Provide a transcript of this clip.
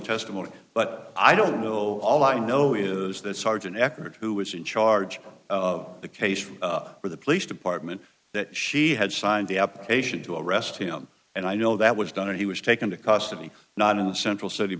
testimony but i don't know all i know is that sergeant eckert who was in charge of the case for the police department that she had signed the application to arrest him and i know that was done and he was taken to custody not in the central city